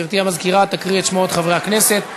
גברתי המזכירה תקריא את שמות חברי הכנסת.